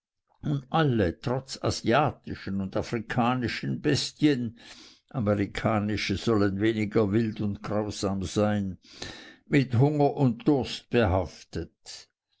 alle trotz asiatischen und afrikanischen bestien amerikanische sollen weniger wild und grausam sein mit hunger und durst behaftet